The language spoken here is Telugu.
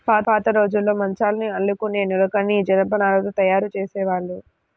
పాతరోజుల్లో మంచాల్ని అల్లుకునే నులకని జనపనారతో తయ్యారు జేసేవాళ్ళు